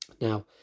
Now